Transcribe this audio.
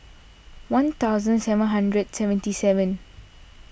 one thousand seven hundred seventy seven